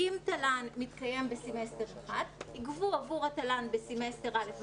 ‏אם תל"ן מתקיים בסמסטר אחד ייגבו עבור התל"ן בסמסטר א׳,